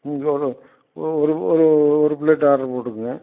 ம் ஒரு ஒரு ஒரு ஒரு ப்ளேட் ஆட்ரு போட்டுக்குதுங்க